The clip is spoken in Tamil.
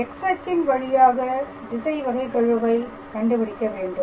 X அச்சின் வழியாக திசை வகைகெழுவை கண்டுபிடிக்க வேண்டும்